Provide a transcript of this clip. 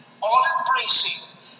all-embracing